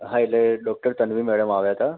હા એટલે doctor Tanvi madam આવ્યાં હતાં